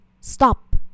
Stop